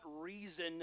reason